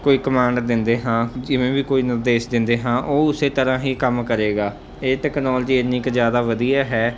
ਕੋਈ ਕਮਾਂਡ ਦਿੰਦੇ ਹਾਂ ਜਿਵੇਂ ਵੀ ਕੋਈ ਨਿਰਦੇਸ਼ ਦਿੰਦੇ ਹਾਂ ਉਹ ਉਸੇ ਤਰ੍ਹਾਂ ਹੀ ਕੰਮ ਕਰੇਗਾ ਇਹ ਟੈਕਨੋਲਜੀ ਇੰਨੀ ਕੁ ਜ਼ਿਆਦਾ ਵਧੀਆ ਹੈ